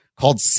called